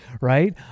Right